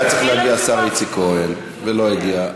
היה צריך להגיע השר איציק כהן ולא הגיע.